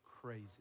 crazy